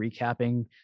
recapping